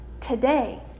today